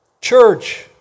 Church